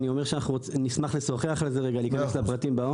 אלא שנשמח לשוחח על זה ולהיכנס לעומק הפרטים,